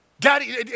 Daddy